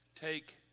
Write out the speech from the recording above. take